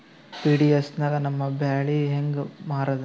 PDS ನಾಗ ನಮ್ಮ ಬ್ಯಾಳಿ ಹೆಂಗ ಮಾರದ?